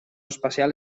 espacial